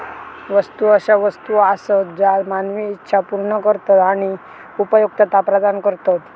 वस्तू अशा वस्तू आसत ज्या मानवी इच्छा पूर्ण करतत आणि उपयुक्तता प्रदान करतत